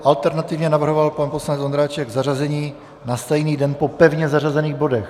Alternativně navrhoval pan poslanec Ondráček zařazení na stejný den po pevně zařazených bodech.